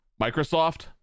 microsoft